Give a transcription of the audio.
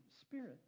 Spirit